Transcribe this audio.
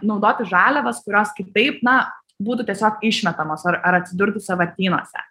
naudoti žaliavas kurios kitaip na būtų tiesiog išmetamos ar ar atsidurtų sąvartynuose